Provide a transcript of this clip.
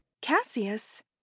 Cassius